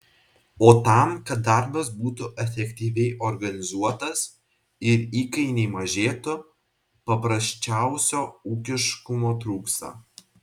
o tam kad darbas būtų efektyviai organizuotas ir įkainiai mažėtų paprasčiausio ūkiškumo trūksta